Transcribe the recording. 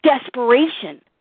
desperation